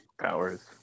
powers